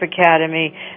Academy